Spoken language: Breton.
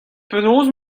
penaos